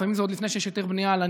לפעמים זה עוד לפני שיש היתר בנייה